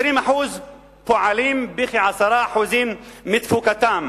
20% פועלים בכ-10% מתפוקתם.